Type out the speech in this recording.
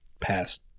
past